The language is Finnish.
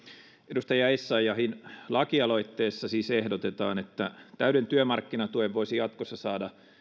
edustaja essayahin lakialoitteessa siis ehdotetaan että täyden työmarkkinatuen voisi jatkossa saada